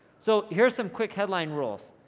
so here's some quick headline rules,